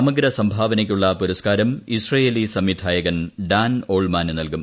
സമഗ്ര സംഭാവനയ്ക്കുള്ള പുരസ്കാരം ഇസ്രയേലി സംവിധായകൻ ഡാൻ ഓൾമാന് നൽകും